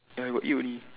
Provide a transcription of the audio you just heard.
ya I got eight only